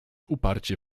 uparcie